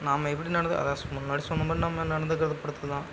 நாம் எப்படி நடந்து அதாவது முன்னாடி சொன்ன மாதிரி நம்ம நடந்துக்கிறத பொறுத்து தான்